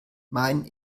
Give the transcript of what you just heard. mein